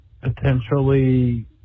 potentially